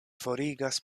forigas